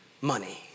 money